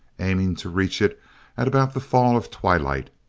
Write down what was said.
aiming to reach it at about the fall of twilight.